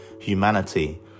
humanity